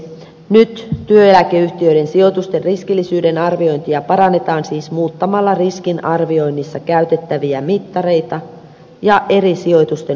nyt työeläkeyhtiöiden sijoitusten riskillisyyden arviointia parannetaan siis muuttamalla riskin arvioinnissa käytettäviä mittareita ja eri sijoitusten luokitteluja